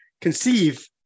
conceive